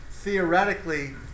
theoretically